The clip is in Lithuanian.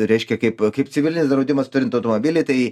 reiškia kaip kaip civilinis draudimas turint automobilį tai